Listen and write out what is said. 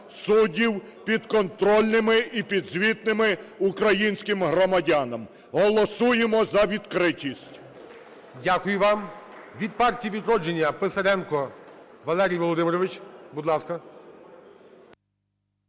суддів підконтрольними і підзвітними українським громадянам. Голосуємо за відкритість. ГОЛОВУЮЧИЙ. Дякую вам. Від "Партії "Відродження" Писаренко Валерій Володимирович. Будь ласка.